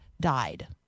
Died